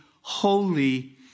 holy